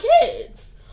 kids